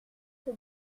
que